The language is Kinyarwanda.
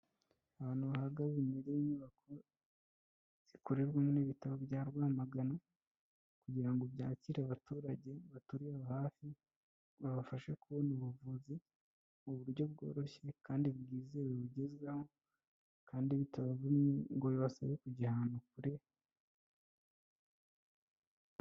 Abantu bahagaze imbere y'inyubako zikorerwamo n'ibitaro bya Rwamagana kugira ngo byakire abaturage baturiye aho hafi babafashe kubona ubuvuzi mu buryo bworoshye kandi bwizewe bugeho kandi bitabavunnye ngo bibasabe kujya ahantu kure.